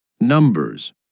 Numbers